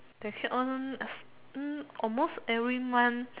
they keep on us um almost every month